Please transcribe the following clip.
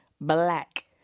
black